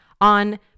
on